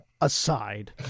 aside